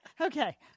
Okay